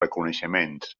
reconeixements